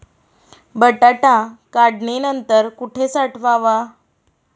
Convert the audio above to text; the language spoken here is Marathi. बटाटा काढणी नंतर कुठे साठवावा?